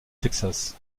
texas